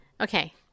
okay